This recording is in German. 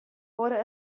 wurde